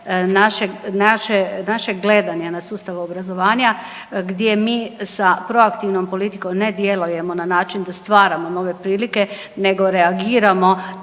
našeg gledanja na sustav obrazovanja gdje mi sa proaktivnom politikom ne djelujemo na način da stvaramo nove prilike nego reagiramo